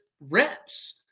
reps